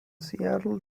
settle